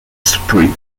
spree